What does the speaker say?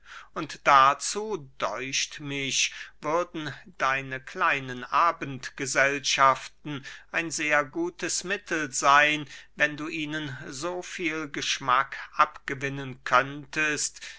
und dazu däucht mich würden deine kleinen abendgesellschaften ein sehr gutes mittel seyn wenn du ihnen so viel geschmack abgewinnen könntest